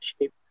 shape